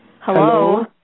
Hello